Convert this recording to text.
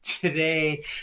today